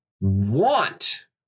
want